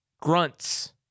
grunts